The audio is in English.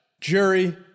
jury